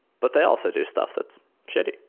but they also do stuff that's shitty.